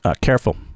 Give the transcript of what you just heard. careful